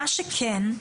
מה שכן,